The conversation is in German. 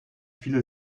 viele